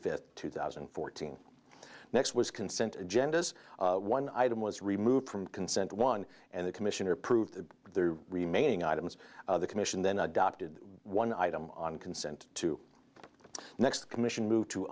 fifth two thousand and fourteen next was consent agendas one item was removed from consent one and the commissioner proved the remaining items the commission then adopted one item on consent to the next commission move to